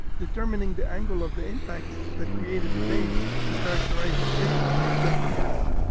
determining the angle of the impacts that created the bays to characterize the shape of the ejecta curtain,